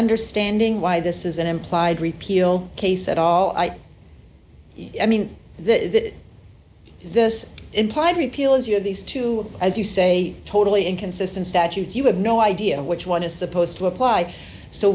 understanding why this is an implied repeal case at all i mean that this implied repeal is you have these two as you say totally inconsistent statutes you have no idea which one is supposed to apply so